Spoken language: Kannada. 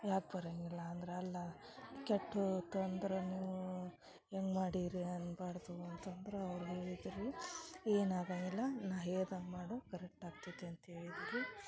ಯಾಕೆ ಬರಂಗಿಲ್ಲ ಅಂದ್ರ ಅಲ್ಲ ಕೆಟ್ಟು ಹೋತ್ ಅಂದ್ರ ನೀವು ಹೆಂಗ್ ಮಾಡಿರೀ ಅನ್ಬಾರದು ಅಂತಂದ್ರ ಅವ್ರ ಹೇಳಿದ್ರು ರೀ ಏನು ಆಗಂಗಿಲ್ಲ ನಾ ಹೇದಂಗ್ ಮಾಡು ಕರೆಕ್ಟ್ ಆಗ್ತೈತಿ ಅಂತೇಳಿದ್ದು ರೀ